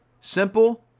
simple